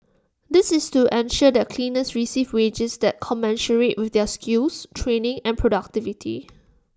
this is to ensure that cleaners receive wages that commensurate with their skills training and productivity